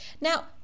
now